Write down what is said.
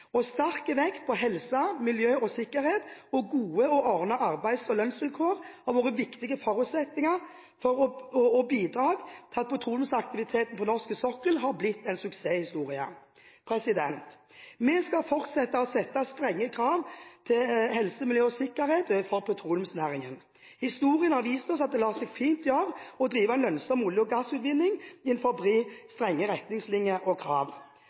forutsetning. Sterk vekt på helse, miljø og sikkerhet og gode og ordnede arbeids- og lønnsvilkår har vært viktige forutsetninger for og bidrag til at petroleumsaktiviteten på norsk sokkel har blitt en suksesshistorie. Vi skal fortsette å sette strenge krav til helse, miljø og sikkerhet overfor petroleumsnæringen. Historien har vist oss at det fint lar seg gjøre å drive en lønnsom olje- og gassutvinning innenfor strenge retningslinjer og krav.